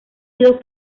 sido